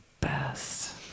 best